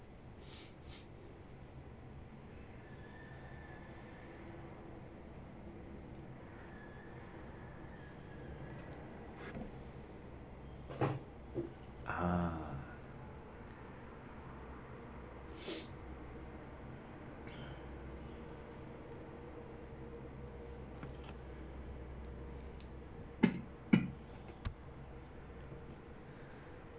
ah